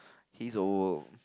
he's old